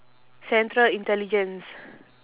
central intelligence